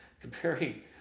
comparing